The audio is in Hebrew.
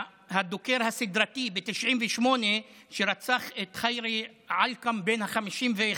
הדוקר הסדרתי ב-1998, שרצח את ח'ירי עלקם בן ה-51,